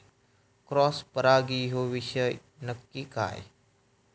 Cross परागी ह्यो विषय नक्की काय?